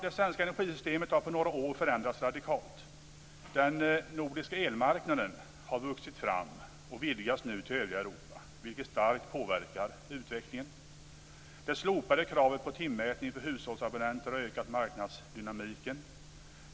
Det svenska energisystemet har på några förändrats radikalt. Den nordiska elmarknaden har vuxit fram och vidgas nu till övriga Europa, vilket starkt påverkar utvecklingen. Det slopade kravet på timmätning för hushållsabonnenter har ökat marknadsdynamiken.